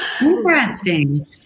Interesting